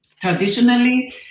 traditionally